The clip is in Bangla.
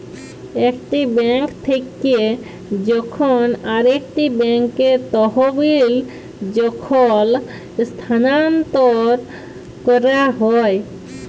একটি বেঙ্ক থেক্যে যখন আরেকটি ব্যাঙ্কে তহবিল যখল স্থানান্তর ক্যরা হ্যয়